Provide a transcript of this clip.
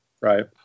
right